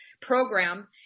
program